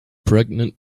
pregnant